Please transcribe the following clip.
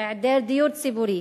היעדר דיור ציבורי